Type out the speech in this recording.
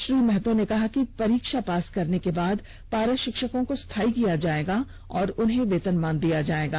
श्री महतो ने कहा कि परीक्षा पास करने के बाद पारा षिक्षकों को स्थायी किया जायेगा और उन्हें वेतनमान दिया जायेगा